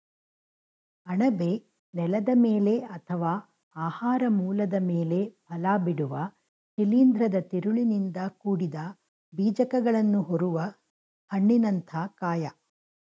ಅಣಬೆ ನೆಲದ ಮೇಲೆ ಅಥವಾ ಆಹಾರ ಮೂಲದ ಮೇಲೆ ಫಲಬಿಡುವ ಶಿಲೀಂಧ್ರದ ತಿರುಳಿನಿಂದ ಕೂಡಿದ ಬೀಜಕಗಳನ್ನು ಹೊರುವ ಹಣ್ಣಿನಂಥ ಕಾಯ